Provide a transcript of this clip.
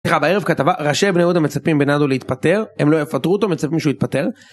היתה בערב ערב כתבה ראשי בני יהודה מצפים מבנאדו להתפטר הם לא יפטרו אותו, מצפים שהוא יתפטר.